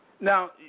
Now